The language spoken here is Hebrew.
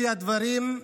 לפי הדברים,